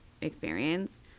experience